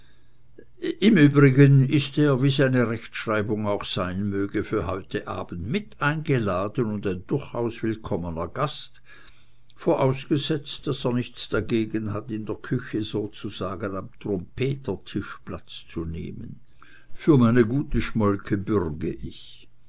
im übrigen ist er wie seine rechtschreibung auch sein möge für heute abend mit eingeladen und ein durchaus willkommener gast vorausgesetzt daß er nichts dagegen hat in der küche sozusagen am trompetertisch platz zu nehmen für meine gute schmolke bürge ich